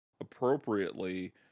appropriately